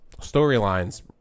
storylines